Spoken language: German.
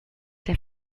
der